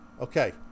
Okay